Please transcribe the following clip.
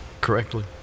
correctly